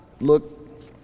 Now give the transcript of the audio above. look